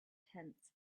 tents